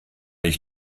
ich